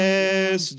Yes